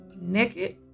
naked